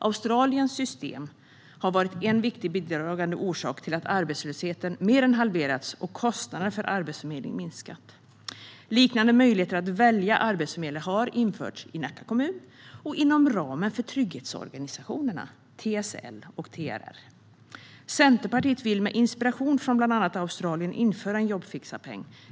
Australiens system har varit en viktig bidragande orsak till att arbetslösheten mer än halverats och kostnaderna för arbetsförmedling minskat. Liknande möjligheter att välja arbetsförmedlare har införts i Nacka kommun och inom ramen för trygghetsorganisationerna TSL och TRR. Centerpartiet vill, med inspiration från bland annat Australien, införa en jobbfixarpeng.